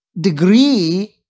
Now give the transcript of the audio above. degree